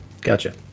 Gotcha